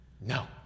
No